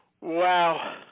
Wow